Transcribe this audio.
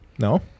No